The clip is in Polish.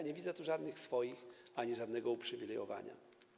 Nie widzę tu żadnych swoich ani żadnego uprzywilejowania.